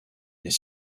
est